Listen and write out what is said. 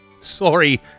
Sorry